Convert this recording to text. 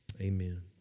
amen